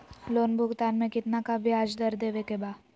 Loan भुगतान में कितना का ब्याज दर देवें के बा?